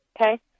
okay